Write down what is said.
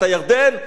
את הירדן,